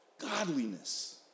Godliness